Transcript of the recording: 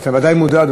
אבל אתה ודאי מודע,